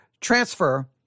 transfer